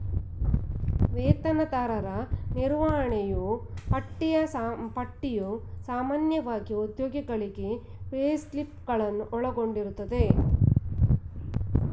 ವೇತನದಾರರ ನಿರ್ವಹಣೆಯೂ ಪಟ್ಟಿಯು ಸಾಮಾನ್ಯವಾಗಿ ಉದ್ಯೋಗಿಗಳಿಗೆ ಪೇಸ್ಲಿಪ್ ಗಳನ್ನು ಒಳಗೊಂಡಿರುತ್ತದೆ